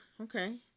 Okay